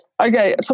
Okay